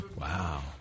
Wow